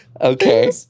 Okay